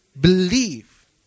believe